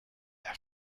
der